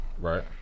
Right